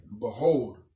behold